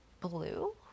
blue